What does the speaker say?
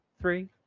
three